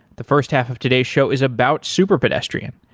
the first half of today's show is about super pedestrian.